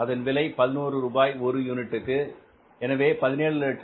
அதன் விலை 11 ரூபாய் ஒரு யூனிட்டுக்கு எனவே 1760000